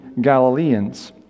Galileans